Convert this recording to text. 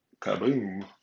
kaboom